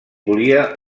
volia